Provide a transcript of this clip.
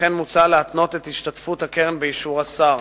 וכן מוצע להתנות את השתתפות הקרן באישור השר.